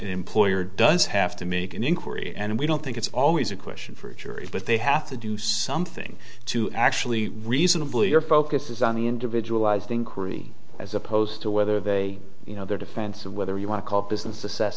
employer does have to make an inquiry and we don't think it's always a question for a jury but they have to do something to actually reasonably your focus is on the individual eyes the inquiry as opposed to whether they you know their defense of whether you want to call business assess